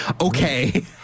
Okay